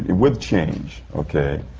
with change, okay?